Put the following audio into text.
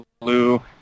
blue